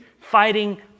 fighting